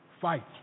Fight